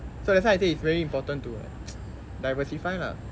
so that's why I say it's very important to diversify lah